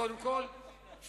קודם כול שיתפגרו,